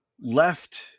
left